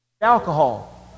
alcohol